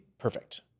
Perfect